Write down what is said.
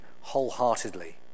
wholeheartedly